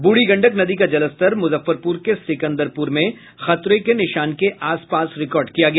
बूढ़ी गंडक नदी का जलस्तर मुजफ्फरपुर के सिकंदरपुर में खतरे के निशान के आस पास रिकॉर्ड किया गया